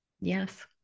Yes